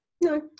no